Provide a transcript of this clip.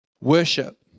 worship